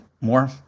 more